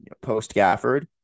post-Gafford